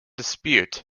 dispute